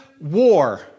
war